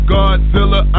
Godzilla